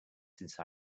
since